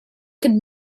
could